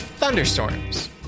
Thunderstorms